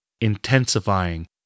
intensifying